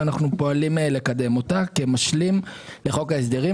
ואנחנו פועלים לקדם אותה כמשלים לחוק ההסדרים.